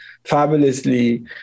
fabulously